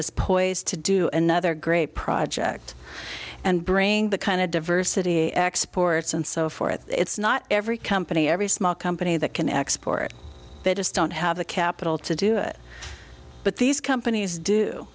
is poised to do another great project and bring the kind of diversity exports and so forth it's not every company every small company that can export that just don't have the capital to do it but these companies do